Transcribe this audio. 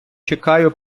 чекаю